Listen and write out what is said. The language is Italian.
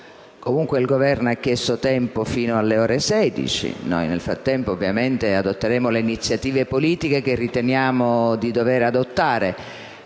Comunque, il Governo ha chiesto tempo fino alle ore 16. Noi, nel frattempo, ovviamente adotteremo le iniziative politiche che riteniamo di dover adottare,